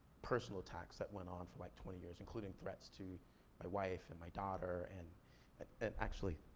personal attacks that went on for like twenty years, including threats to my wife, and my daughter. and and and actually,